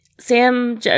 Sam